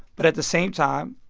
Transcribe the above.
but at the same time,